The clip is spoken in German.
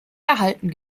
erhalten